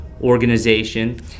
organization